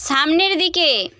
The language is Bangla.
সামনের দিকে